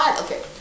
okay